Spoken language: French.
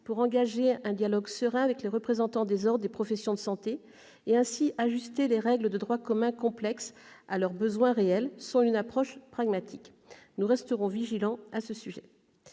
pour engager un dialogue serein avec les représentants des ordres des professions de santé et, ainsi, ajuster les règles de droit commun complexes à leurs besoins réels, selon une approche pragmatique. Nous resterons vigilants à ce sujet.